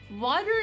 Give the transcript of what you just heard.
water